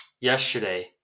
yesterday